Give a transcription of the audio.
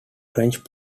french